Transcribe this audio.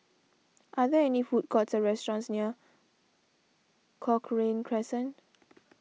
are there any food courts or restaurants near Cochrane Crescent